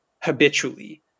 habitually